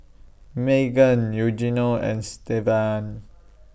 Maegan Eugenio and Stevan